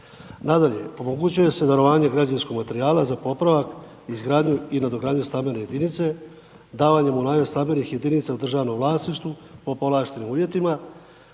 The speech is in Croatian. Nadalje omogućuje se darovanje građevinskog materijala za popravak izgradnja i nadogradnju stambene jedinice, davanje u najmu stambenih jedinica u državno vlasništvu po povlaštenim uvjetima,